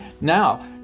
now